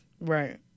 Right